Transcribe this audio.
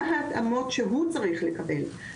מה ההתאמות שהוא צריך לקבל?